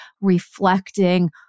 reflecting